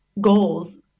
goals